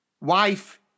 Wife